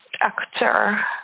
actor